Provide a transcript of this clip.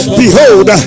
behold